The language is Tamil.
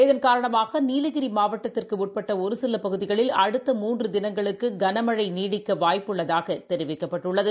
இதன் காரணமாகநீலகிரிமாவட்டத்திற்குட்பட்டஒருசிலபகுதிகளில் அடுத்த மூன்றுதினங்களுக்குகனமழைநீடிக்கவாய்ப்பு உள்ளதாகதெரிவிக்கப்பட்டுள்ளது